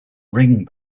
ring